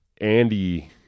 Andy